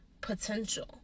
potential